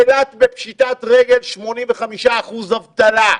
אילת בפשיטת רגל, 85% אבטלה.